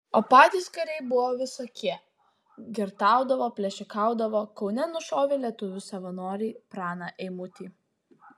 o patys kariai buvo visokie girtaudavo plėšikaudavo kaune nušovė lietuvių savanorį praną eimutį